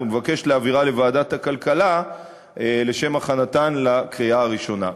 ומבקשת להעבירן לוועדת הכלכלה לשם הכנתן לקריאה ראשונה.